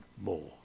more